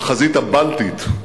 בחזית הבלטית,